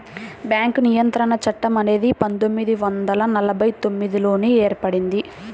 bank నియంత్రణ చట్టం అనేది పందొమ్మిది వందల నలభై తొమ్మిదిలోనే ఏర్పడింది